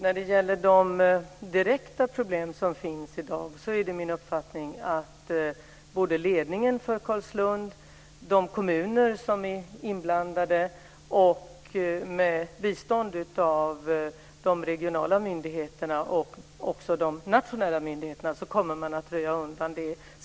Fru talman! Det är min uppfattning att både ledningen för Carlslund och de kommuner som är inblandade, med bistånd av de regionala myndigheterna och också de nationella myndigheterna, kommer att kunna undanröja de direkta problem som i dag finns.